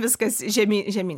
viskas žemy žemyn